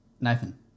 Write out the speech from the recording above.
Nathan